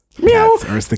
Meow